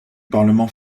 parlement